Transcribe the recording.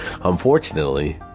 unfortunately